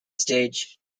stage